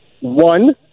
One